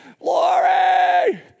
Lori